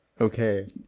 okay